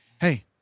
hey